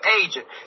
agent